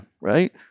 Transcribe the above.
Right